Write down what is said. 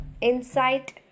insight